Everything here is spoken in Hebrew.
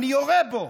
אני יורה בו,